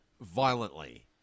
Violently